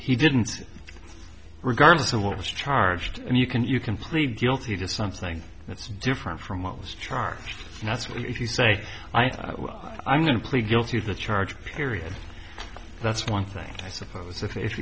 he didn't regardless of what was charged and you can you can plead guilty to something that's different from what was charged that's if you say i i'm going to plead guilty to the charge period that's one thing i suppose if